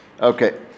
Okay